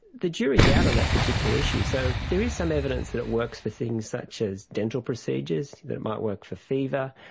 the jury is out on that particular issue. so there is some evidence that it works for things such as dental procedures, it might work for fever,